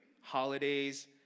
holidays